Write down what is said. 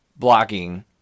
Blocking